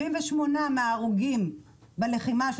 78% מההרוגים בלחימה הם